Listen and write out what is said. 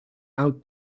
out